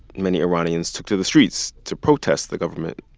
many iranians took to the streets to protest the government.